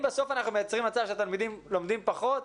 בסוף אנחנו מייצרים מצב שהתלמידים לומדים פחות,